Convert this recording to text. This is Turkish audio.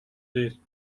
değil